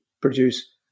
produce